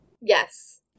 Yes